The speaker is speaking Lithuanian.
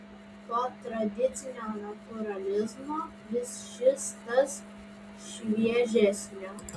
po tradicinio natūralizmo vis šis tas šviežesnio